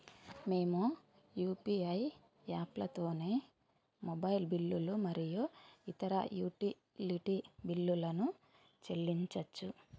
మేము యూ.పీ.ఐ యాప్లతోని మొబైల్ బిల్లులు మరియు ఇతర యుటిలిటీ బిల్లులను చెల్లించచ్చు